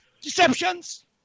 Deceptions